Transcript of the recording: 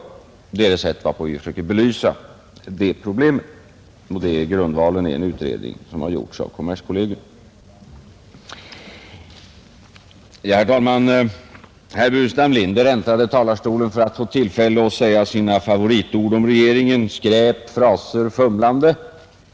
Det är det sätt varpå vi försöker belysa problemen, och grundvalen är en utredning som har gjorts av kommerskollegium. Herr talman! Herr Burenstam Linder äntrade talarstolen för att få tillfälle att säga sina favoritord om regeringen: skräp, fraser, fumlande.